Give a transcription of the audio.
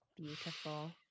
beautiful